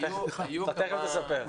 אתה תיכף תספר.